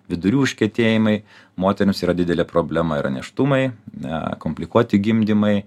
vidurių užkietėjimai moterims yra didelė problema yra nėštumai eee komplikuoti gimdymai